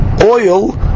oil